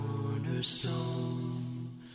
cornerstone